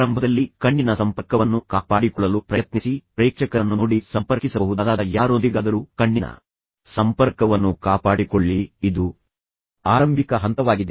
ಆರಂಭದಲ್ಲಿ ಕಣ್ಣಿನ ಸಂಪರ್ಕವನ್ನು ಕಾಪಾಡಿಕೊಳ್ಳಲು ಪ್ರಯತ್ನಿಸಿ ಪ್ರೇಕ್ಷಕರನ್ನು ನೋಡಿ ಸಂಪರ್ಕಿಸಬಹುದಾದ ಯಾರೊಂದಿಗಾದರೂ ಕಣ್ಣಿನ ಸಂಪರ್ಕವನ್ನು ಕಾಪಾಡಿಕೊಳ್ಳಿ ಇದು ಆರಂಭಿಕ ಹಂತವಾಗಿದೆ